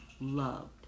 loved